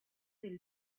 del